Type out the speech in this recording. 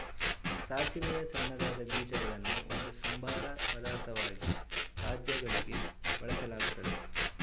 ಸಾಸಿವೆಯ ಸಣ್ಣದಾದ ಬೀಜಗಳನ್ನು ಒಂದು ಸಂಬಾರ ಪದಾರ್ಥವಾಗಿ ಖಾದ್ಯಗಳಿಗೆ ಬಳಸಲಾಗ್ತದೆ